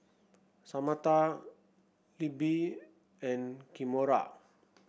Samatha Libby and Kimora